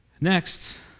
Next